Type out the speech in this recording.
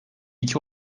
iki